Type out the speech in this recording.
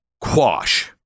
quash